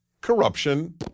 corruption